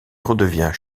redevient